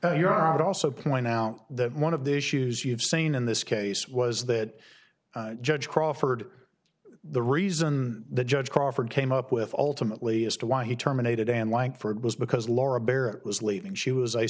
you're out also point out that one of the issues you've seen in this case was that judge crawford the reason the judge crawford came up with ultimately as to why he terminated and langford was because laura baer was leaving she was a